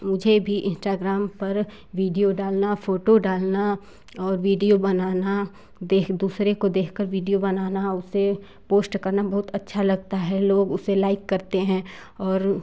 मुझे भी इंस्टाग्राम पर वीडियो डालना फोटो डालना और वीडियो बनाना देख दूसरे को देखकर वीडियो बनाना उसे पोस्ट करना बहुत अच्छा लगता है लोग उसे लाइक करते हैं और